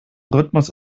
rhythmus